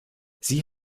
sie